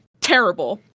terrible